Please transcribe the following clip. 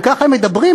אם ככה הם מדברים,